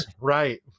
right